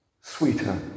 sweeter